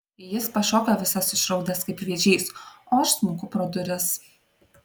jis pašoka visas išraudęs kaip vėžys o aš smunku pro duris